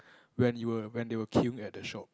when you were when they were queuing at the shop